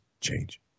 change